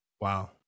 Wow